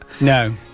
No